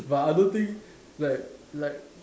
but I don't think like like